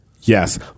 Yes